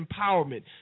empowerment